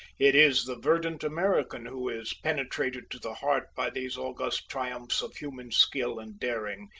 it is the verdant american who is penetrated to the heart by these august triumphs of human skill and daring.